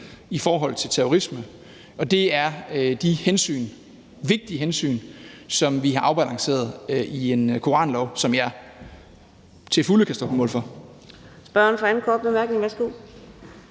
i forhold til terrorisme, og det er de hensyn – vigtige hensyn – som vi har afbalanceret i en koranlov, som jeg til fulde kan stå på mål for.